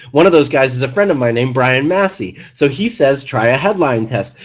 one of those guys is a friend of mine named brian massey so he says try a headline test,